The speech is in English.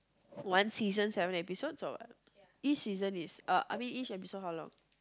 one season seven episodes or what each season is uh I mean each episode how long